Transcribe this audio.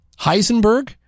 Heisenberg